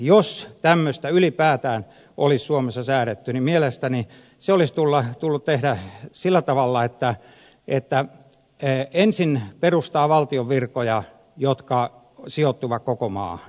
jos tämmöistä ylipäätään olisi suomessa säädetty niin mielestäni se olisi tullut tehdä sillä tavalla että ensin perustetaan valtion virkoja jotka sijoittuvat koko maahan